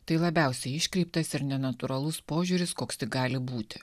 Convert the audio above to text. tai labiausiai iškreiptas ir nenatūralus požiūris koks gali būti